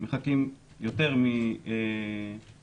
מחכים יותר מאחרים.